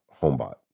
Homebot